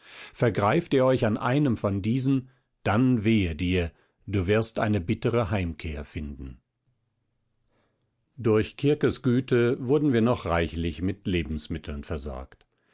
vergreift ihr euch an einem von diesen dann wehe dir du wirst eine bittere heimkehr finden durch kirkes güte wurden wir noch reichlich mit lebensmitteln versorgt